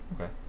Okay